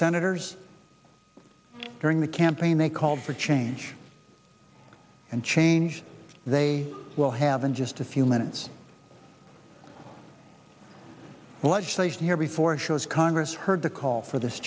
senators during the campaign they called for change and change they will have in just a few minutes let's say here before shows congress heard the call for this